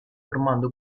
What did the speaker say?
formando